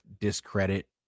discredit